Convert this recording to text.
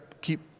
keep